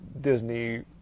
Disney